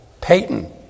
Payton